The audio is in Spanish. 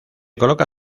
coloca